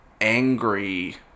angry